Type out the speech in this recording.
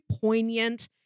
poignant